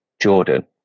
Jordan